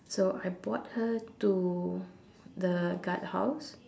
so I brought her to the guard house